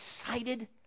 excited